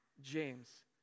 James